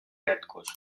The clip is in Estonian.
jätkus